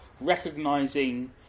recognizing